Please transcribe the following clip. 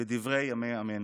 בדברי ימי עמנו.